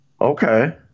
Okay